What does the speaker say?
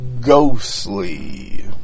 ghostly